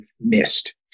missed